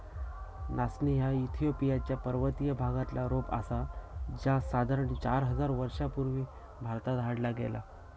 नाचणी ह्या इथिओपिया च्या पर्वतीय भागातला रोप आसा जा साधारण चार हजार वर्षां पूर्वी भारतात हाडला गेला